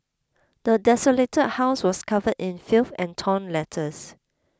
the desolated house was covered in filth and torn letters